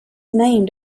named